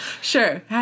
Sure